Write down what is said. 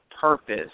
purpose